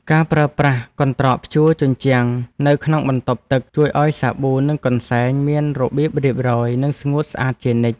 ការប្រើប្រាស់កន្ត្រកព្យួរជញ្ជាំងនៅក្នុងបន្ទប់ទឹកជួយឱ្យសាប៊ូនិងកន្សែងមានរបៀបរៀបរយនិងស្ងួតស្អាតជានិច្ច។